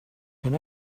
can